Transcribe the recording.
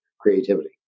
creativity